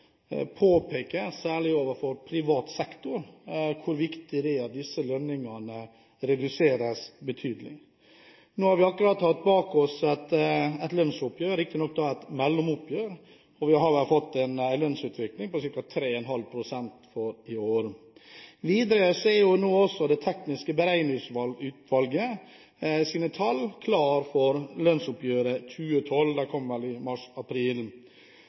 særlig overfor privat sektor, hvor viktig det er at disse lønningene reduseres betydelig. Nå har vi akkurat bak oss et lønnsoppgjør – riktignok et mellomoppgjør – og vi har vel fått en lønnsutvikling på ca. 3,5 pst. for i år. Videre er også det tekniske beregningsutvalgets tall for lønnsoppgjøret 2012 nå klare. De kom vel i